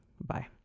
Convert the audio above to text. Bye